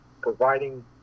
providing